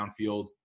downfield